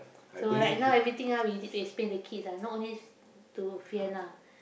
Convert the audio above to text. so right now everything ah we need to explain the kids ah not only to Fian ah